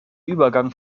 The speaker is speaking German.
übergang